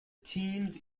teams